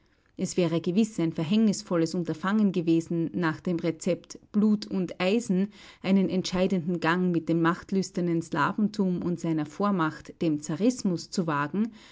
es wäre gewiß ein verhängnisvolles unterfangen gewesen nach dem rezept blut und eisen einen entscheidenden gang mit dem machtlüsternen slawentum und seiner vormacht dem zarismus zu wagen